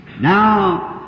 Now